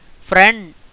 Friend